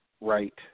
right